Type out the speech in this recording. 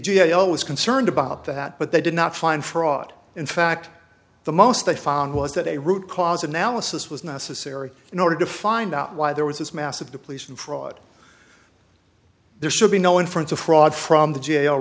o was concerned about that but they did not find fraud in fact the most they found was that a root cause analysis was necessary in order to find out why there was this massive depletion fraud there should be no inference of fraud from the